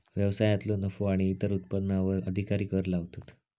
व्यवसायांतलो नफो आणि इतर उत्पन्नावर अधिकारी कर लावतात